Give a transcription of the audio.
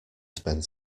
spend